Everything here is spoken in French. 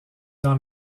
dans